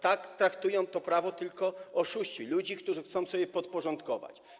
Tak traktują prawo tylko oszuści, ludzie, którzy chcą sobie innych podporządkować.